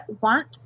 want